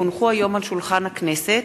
כי הונחו היום על שולחן הכנסת,